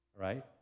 Right